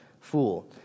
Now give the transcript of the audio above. fool